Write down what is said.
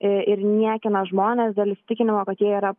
ir niekina žmones dėl įsitikinimo kad jie yra